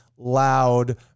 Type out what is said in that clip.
loud